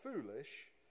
foolish